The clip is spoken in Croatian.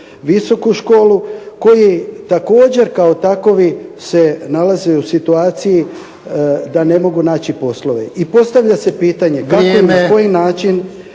visoku školi koji također kao takovi se nalaze u situaciji da ne mogu naći poslove. I postavlja se pitanje na koji način